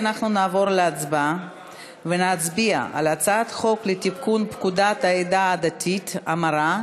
כעת נעבור להצבעה על הצעת חוק לתיקון פקודת העדה הדתית (המרה)